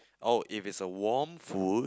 oh if it's a warm food